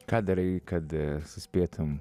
ką darai kad suspėtum